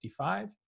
55